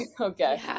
okay